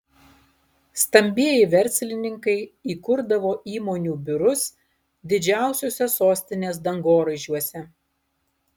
stambieji verslininkai įkurdavo įmonių biurus didžiausiuose sostinės dangoraižiuose